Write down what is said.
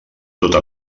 tota